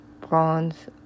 bronze